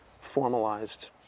formalized